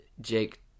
Jake